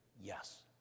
yes